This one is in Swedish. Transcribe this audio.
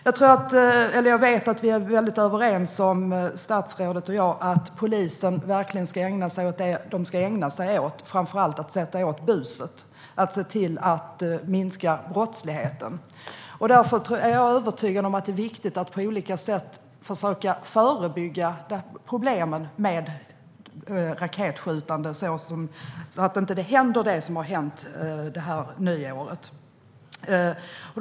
Jag vet att statsrådet och jag är överens om att polisen ska ägna sig åt det de ska ägna sig åt: framför allt att sätta åt buset och se till att minska brottsligheten. Därför är jag övertygad om att det är viktigt att på olika sätt försöka förebygga problemet med raketskjutande så att det som hände det här nyåret inte händer igen.